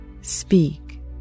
speak